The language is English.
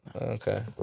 Okay